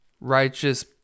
righteous